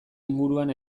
inguruan